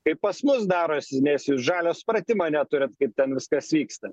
kaip pas mus darosi nes jūs žalio supratimo neturit kaip ten viskas vyksta